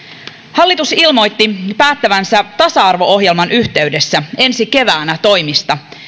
hallitus ilmoitti päättävänsä tasa arvo ohjelman yhteydessä ensi keväänä toimista